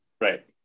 Right